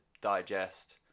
digest